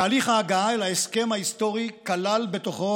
תהליך ההגעה אל ההסכם ההיסטורי כלל בתוכו,